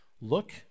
look